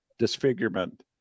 disfigurement